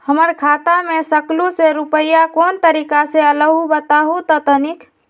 हमर खाता में सकलू से रूपया कोन तारीक के अलऊह बताहु त तनिक?